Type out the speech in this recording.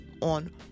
on